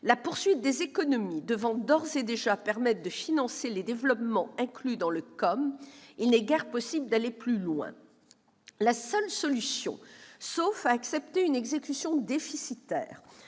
La poursuite des économies devant d'ores et déjà permettre de financer les développements inclus dans le COM, il n'est guère possible d'aller plus loin. La seule solution, sauf à accepter une exécution déficitaire,